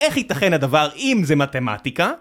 איך ייתכן הדבר אם זה מתמטיקה?